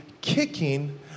kicking